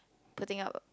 putting up a